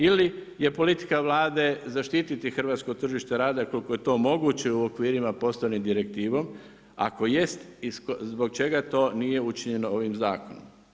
Ili je politika Vlade zaštititi hrvatsko tržište rada koliko je to moguće u okvirima postane direktivom, ako jest, zbog čega to nije učinjeno ovim zakonom?